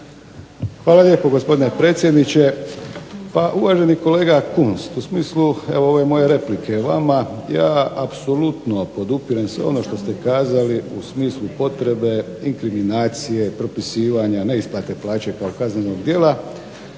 Hvala lijepo gospodine predsjedniče. Pa uvaženi kolega Kunst, u smislu evo ove moje replike vama ja apsolutno podupirem sve ono što ste kazali u smislu potrebe inkriminacije, propisivanja neisplate plaće kao kaznenog djela.